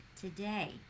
today